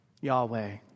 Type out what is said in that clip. Yahweh